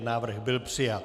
Návrh byl přijat.